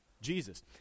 Jesus